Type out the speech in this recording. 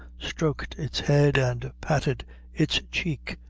stroked its head and patted its cheek,